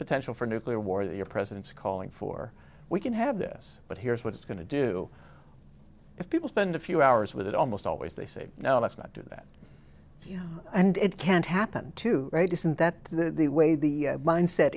potential for nuclear war that your president is calling for we can have this but here's what it's going to do if people spend a few hours with it almost always they say no let's not do that and it can't happen to right isn't that the way the mind set